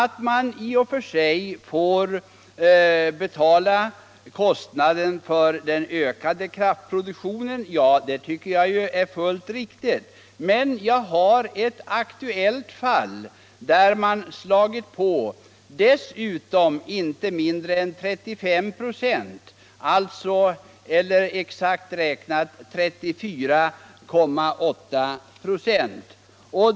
Att man i och för sig får betala kostnaden för den ökade kraftproduktionen tycker jag är fullt riktigt, men jag känner till ett aktuellt fall där Vattenfall dessutom lagt på inte mindre än 34,8 96.